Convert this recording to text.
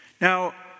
Now